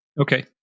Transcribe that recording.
Okay